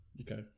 Okay